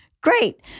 Great